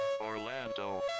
Orlando